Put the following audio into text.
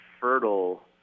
fertile